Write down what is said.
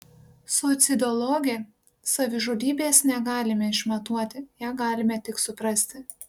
suicidologė savižudybės negalime išmatuoti ją galime tik suprasti